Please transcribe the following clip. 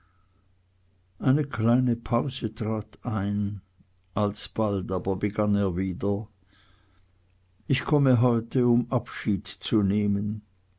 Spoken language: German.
eine kleine pause trat ein alsbald aber begann er wieder ich komme heut um abschied zu nehmen